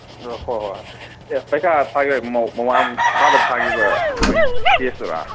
ꯑꯣ ꯍꯣꯏ ꯍꯣꯏ ꯑꯦ ꯄꯔꯤꯈꯥ ꯐꯥꯏꯅꯦꯜ ꯃꯥ ꯃꯃꯥꯡ ꯊꯥꯗ ꯊꯥꯈꯤꯕ ꯃꯣꯏ ꯇꯦꯁꯠ ꯇꯨꯔ